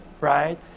right